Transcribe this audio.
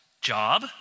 job